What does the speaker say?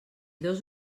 dos